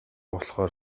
болохоор